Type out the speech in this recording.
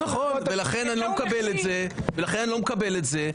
לכן אני לא מקבל את זה.